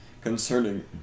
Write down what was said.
concerning